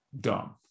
Dumb